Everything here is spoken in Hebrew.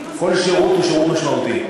כל שירות הוא שירות משמעותי.